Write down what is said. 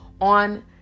on